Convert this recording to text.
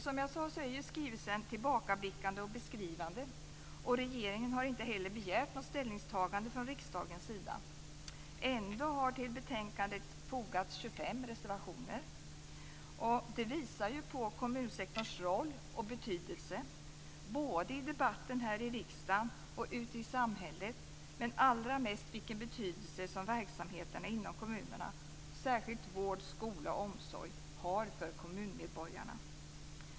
Skrivelsen är, som jag sade, tillbakablickande och beskrivande, och regeringen har inte heller begärt något ställningstagande från riksdagens sida. Ändå har till betänkandet fogats 25 reservationer. Detta visar på kommunsektorns roll och betydelse, både i debatten här i riksdagen och ute i samhället, men allra mest på vilken betydelse som verksamheterna inom kommunerna - särskilt vård, skola och omsorg - har för kommunmedborgarna.